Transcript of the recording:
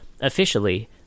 Officially